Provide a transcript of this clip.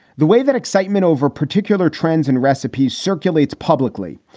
the way that excitement over particular trends and recipes circulates publicly,